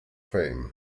fame